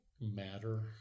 matter